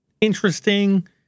interesting